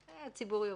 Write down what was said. זה הציבור יאמר.